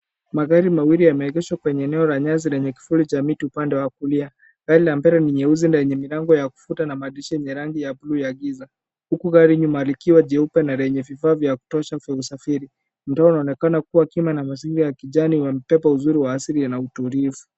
Magari mawili yameengeshwa kwenye eneo la nyasi lenye kivuli cha miti kwenye upande wa kulia. Gari ya mbele ni nyeusi na yenye milango ya kuvuta na madirisha ya rangi ya mvua ya giza huku gari nyuma likiwa jeupe na lenye vifaa vya kutosha vya usafiri. Mtaa unaonekana kua kimya na mazingira ya kijani na upepo mzuri wa asili na utulivu.